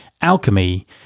Alchemy